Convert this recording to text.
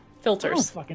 Filters